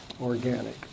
organic